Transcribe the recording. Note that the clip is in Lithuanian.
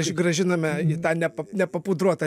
grąžiname į tą ne pa nepapudruotą